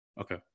Okay